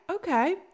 Okay